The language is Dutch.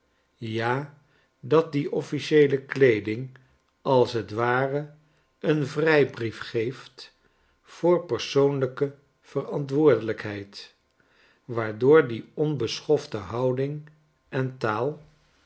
ja dat die offlcieele kleeding als t ware een vrijbrief geeft voor persoonlijke verantwoordelijkheid waardoor die onbeschofte houding en taal